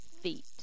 feet